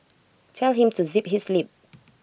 tell him to zip his lip